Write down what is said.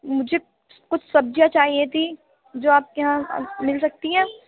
مجھے کچھ سبزیاں چاہیے تھیں جو آپ کے یہاں یہاں مل سکتی ہیں